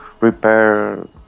repair